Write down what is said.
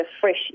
fresh